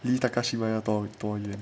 里 takashimaya 要多远